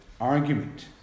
argument